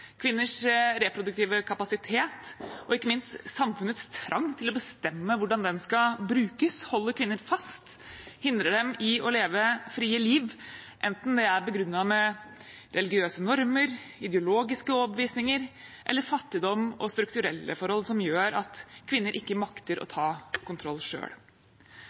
Kvinners reproduktive kapasitet og ikke minst samfunnets trang til å bestemme hvordan den skal brukes, holder kvinner fast, hindrer dem i å leve et fritt liv enten det er begrunnet med religiøse normer, ideologiske overbevisninger eller fattigdom og strukturelle forhold som gjør at kvinner ikke makter å ta kontroll